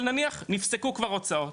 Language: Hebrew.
אבל נניח נפסקו כבר הוצאות,